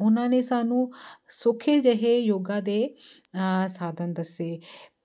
ਉਹਨਾਂ ਨੇ ਸਾਨੂੰ ਸੋਖੇ ਜਿਹੇ ਯੋਗਾ ਦੇ ਸਾਧਨ ਦੱਸੇ